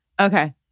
okay